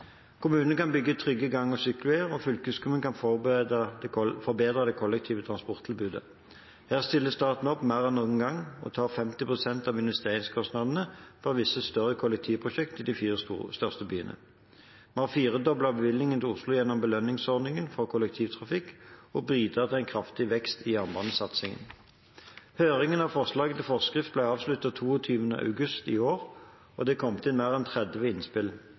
Kommunene kan bygge trygge gang- og sykkelveier, og fylkeskommunene kan forbedre det kollektive transporttilbudet. Her stiller staten opp mer enn noen gang og tar 50 pst. av investeringskostnadene for visse større kollektivprosjekt i de fire største byene. Vi har firedoblet bevilgningen til Oslo gjennom belønningsordningen for kollektivtrafikk og bidratt til en kraftig vekst i jernbanesatsingen. Høringen av forslaget til forskrift ble avsluttet 22. august i år, og det kom inn mer enn 30 innspill.